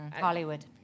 Hollywood